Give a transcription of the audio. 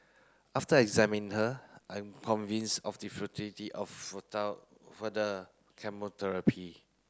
after examine her I am convinced of the of further chemotherapy